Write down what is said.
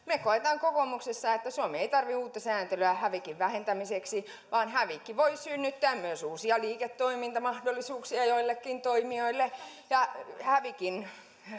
me koemme kokoomuksessa että suomi ei tarvitse uutta sääntelyä hävikin vähentämiseksi vaan hävikki voi synnyttää myös uusia liiketoimintamahdollisuuksia joillekin toimijoille ja hävikin